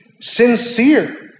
sincere